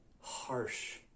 harsh